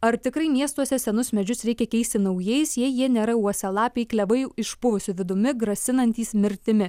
ar tikrai miestuose senus medžius reikia keisti naujais jei jie nėra uosialapiai klevai išpuvusiu vidumi grasinantys mirtimi